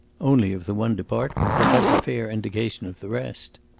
only of the one department. but that's a fair indication of the rest.